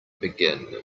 begin